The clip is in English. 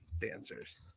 Dancers